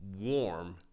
warm